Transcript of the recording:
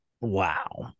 Wow